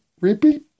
Repeat